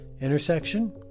intersection